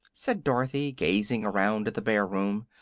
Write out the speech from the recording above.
said dorothy, gazing around at the bare room.